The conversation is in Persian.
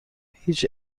هیچ